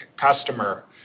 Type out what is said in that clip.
customer